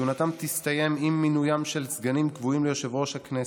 כהונתם תסתיים עם מינוים של סגנים קבועים ליושב-ראש הכנסת.